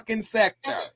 sector